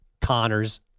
Connors